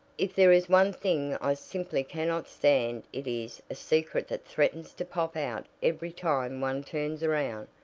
if there is one thing i simply cannot stand it is a secret that threatens to pop out every time one turns around,